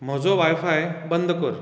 म्हजो वायफाय बंद कर